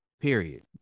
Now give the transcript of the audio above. Period